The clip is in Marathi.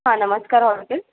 हां नमस्कार हॉटेल